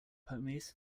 homies